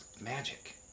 Magic